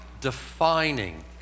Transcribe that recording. defining